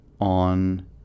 on